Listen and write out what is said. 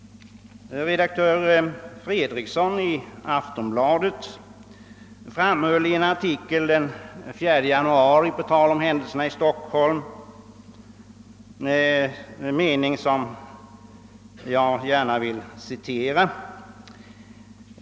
Redaktör Fredriksson i Aftonbladet framhöll i en artikel den 4 januari med anledning av händelserna i Stockholm något som jag gärna vill citera.